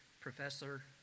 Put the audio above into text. Professor